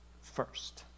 First